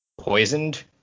poisoned